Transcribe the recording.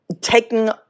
taking